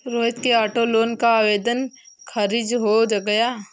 रोहित के auto loan का आवेदन खारिज हो गया